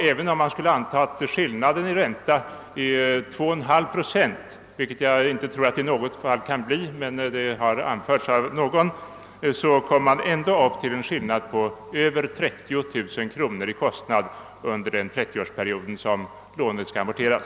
även om man skulle anta att skillnaden i ränta är 2,5 procent — vilket jag inte tror att den i något fall kan bli, men det har nämnts av någon — blir skillnaden i kostnaderna ändå över 30 000 kronor för den 30 årsperiod, under vilken lånet skall amorteras.